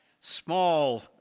small